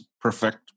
perfect